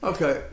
Okay